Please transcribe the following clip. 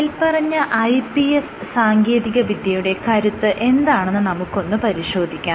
മേല്പറഞ്ഞ iPS സാങ്കേതിക വിദ്യയുടെ കരുത്ത് എന്താണെന്ന് നമുക്കൊന്ന് പരിശോധിക്കാം